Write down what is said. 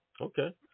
Okay